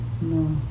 no